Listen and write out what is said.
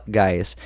guys